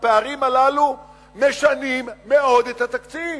הפערים הללו משנים מאוד את התקציב.